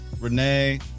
Renee